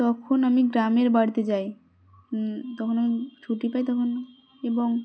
তখন আমি গ্রামের বাড়িতে যাই তখন আমি ছুটি পাই তখন এবং